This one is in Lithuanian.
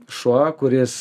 šuo kuris